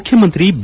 ಮುಖ್ಯಮಂತ್ರಿ ಬಿ